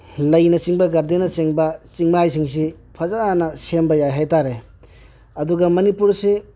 ꯂꯩꯅꯆꯤꯡꯕ ꯒꯥꯔꯗꯦꯟꯅꯆꯤꯡꯕ ꯆꯤꯡꯃꯥꯏꯁꯤꯡꯁꯤ ꯐꯖꯅ ꯁꯦꯝꯕ ꯌꯥꯏ ꯍꯥꯏꯇꯥꯔꯦ ꯑꯗꯨꯒ ꯃꯅꯤꯄꯨꯔꯁꯤ